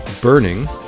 Burning